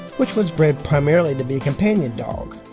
which was bred primarily to be a companion dog.